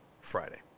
Friday